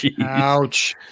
Ouch